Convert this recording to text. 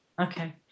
Okay